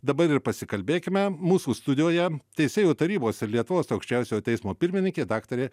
dabar ir pasikalbėkime mūsų studijoje teisėjų tarybos ir lietuvos aukščiausiojo teismo pirmininkė daktarė